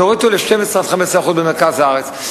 נוריד אותו ל-12% 15% במרכז הארץ.